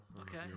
Okay